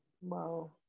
Wow